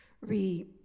re